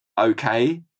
okay